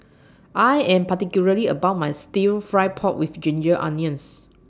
I Am particular about My Stir Fry Pork with Ginger Onions